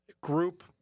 group